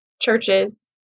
churches